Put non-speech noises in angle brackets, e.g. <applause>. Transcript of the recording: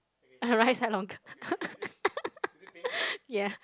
her right side longer <laughs> yeah